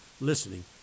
listening